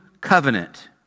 covenant